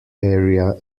area